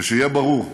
ושיהיה ברור,